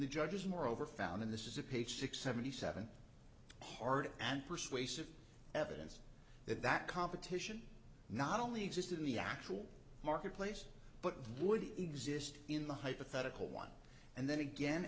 the judges moreover found in this is a page six seventy seven hard and persuasive evidence that that competition not only existed in the actual marketplace but would exist in the hypothetical one and then again